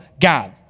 God